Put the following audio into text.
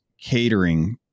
catering